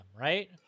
right